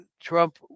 Trump